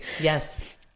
Yes